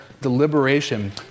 deliberation